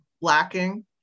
lacking